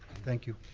thank you.